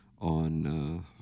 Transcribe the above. on